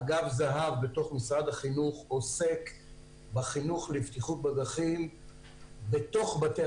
אגף זה"ב בתוך משרד החינוך עוסק בחינוך לבטיחות בדרכים בתוך בתי